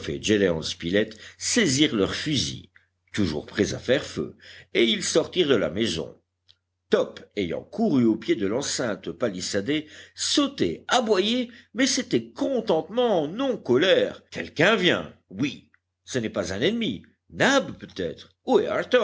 saisirent leurs fusils toujours prêts à faire feu et ils sortirent de la maison top ayant couru au pied de l'enceinte palissadée sautait aboyait mais c'était contentement non colère quelqu'un vient oui ce n'est pas un ennemi nab peut-être